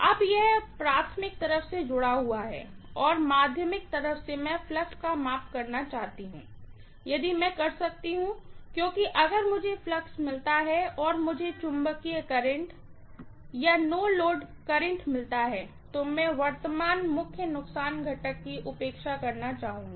अब यह प्राइमरी तरफ से जुड़ा हुआ है और माध्यमिक तरफ मैं फ्लक्स का माप प्राप्त करना चाहूंगी यदि मैं कर सकती हूँ क्योंकि अगर मुझे फ्लक्स मिलता है और अगर मुझे मैग्नेटाज़िंग करंट या नो लोड करंट मिलता है तो मैं करंट मुख्य नुकसान घटक की उपेक्षा करना चाहूंगी